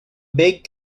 big